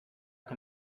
can